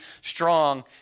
strong